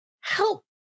help